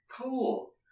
Cool